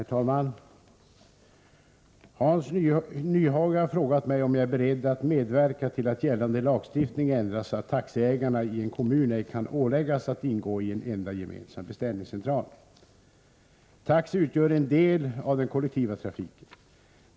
Herr talman! Hans Nyhage har frågat mig om jag är beredd att medverka till att gällande lagstiftning ändras så att taxiägarna i en kommun ej kan åläggas att ingå i en enda gemensam beställningscentral. Taxi utgör en del av den kollektiva trafiken.